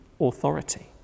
authority